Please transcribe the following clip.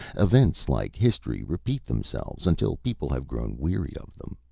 events, like history, repeat themselves, until people have grown weary of them.